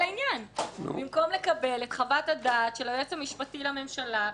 במקום לקבל את חוות הדעת של היועץ המשפטי לממשלה ושל הכנסת,